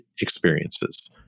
Experiences